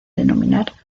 denominar